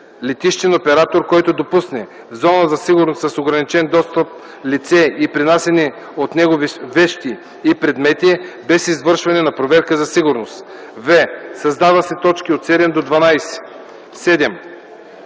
летищен оператор, който допусне в зона за сигурност с ограничен достъп лице и пренасяни от него вещи и предмети без извършване на проверка за сигурност;” в) създават се т. 7-12: „7.